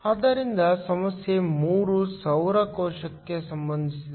ಆದ್ದರಿಂದ ಸಮಸ್ಯೆ 3 ಸೌರ ಕೋಶಕ್ಕೆ ಸಂಬಂಧಿಸಿದೆ